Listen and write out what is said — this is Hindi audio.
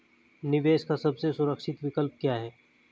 निवेश का सबसे सुरक्षित विकल्प क्या है?